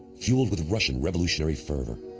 fueled with russian revolutionary fervor.